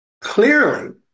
clearly